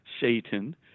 Satan